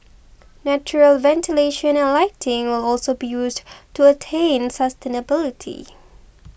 natural ventilation and lighting will also be used to attain sustainability